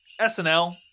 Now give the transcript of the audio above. SNL